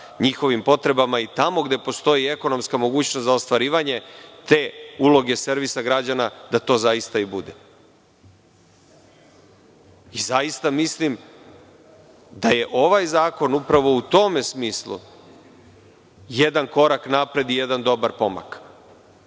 njihovim potrebama i tamo gde postoji ekonomska mogućnost za ostvarivanje te uloge servisa građana da to zaista i bude. Zaista mislim da je ovaj zakon upravo u tom smislu jedan korak napred i jedan dobar pomak. Kovin